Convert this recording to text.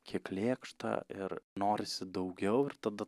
kiek lėkšta ir norisi daugiau ir tada